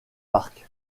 parcs